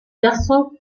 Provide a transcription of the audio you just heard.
version